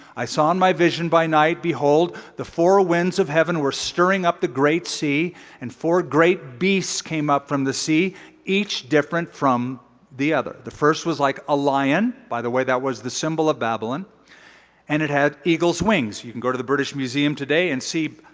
i saw in my vision by night behold, the four winds of heaven were stirring up the great sea and four great beasts came up from the sea each different from the other. the first was like a lion by the way, that was the symbol of babylon and it had eagle's wings. you can go to the british museum today and see